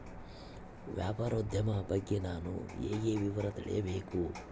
ವ್ಯಾಪಾರೋದ್ಯಮ ಬಗ್ಗೆ ನಾನು ಹೇಗೆ ವಿವರ ತಿಳಿಯಬೇಕು?